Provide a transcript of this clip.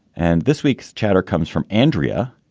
and this week's chatter comes from andrea,